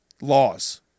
laws